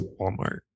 Walmart